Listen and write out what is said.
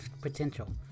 potential